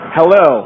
Hello